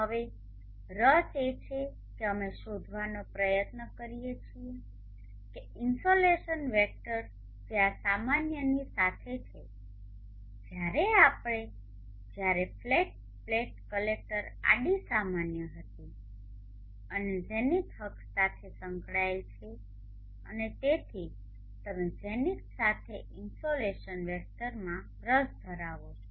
હવે રસ એ છે કે અમે શોધવાનો પ્રયત્ન કરીએ છીએ કે ઇન્સોલેશન વેક્ટર જે આ સામાન્યની સાથે છે જ્યારે આપણે જ્યારે ફ્લેટ પ્લેટ કલેક્ટર આડી સામાન્ય હતી અને ઝેનિથ અક્ષ સાથે સંકળાયેલ છે અને તેથી તમે ઝેનિથ સાથેના ઇન્સોલેશન વેક્ટરમાં રસ ધરાવો છો